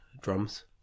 drums